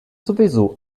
sowieso